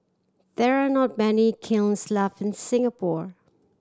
there are not many kilns left in Singapore